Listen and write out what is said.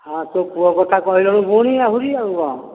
ହଁ ତୋ ପୁଅ କଥା କହିଲୁଣି ପୁଣି ଆହୁରି ଆଉ କ'ଣ